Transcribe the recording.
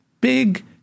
big